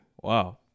Wow